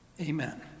Amen